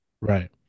right